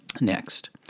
Next